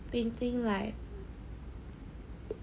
painting like